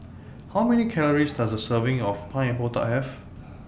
How Many Calories Does A Serving of Pineapple Tart Have